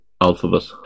alphabet